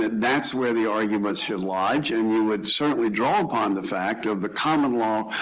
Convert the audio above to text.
that's where the argument should lodge. and you would certainly draw upon the fact of the common law.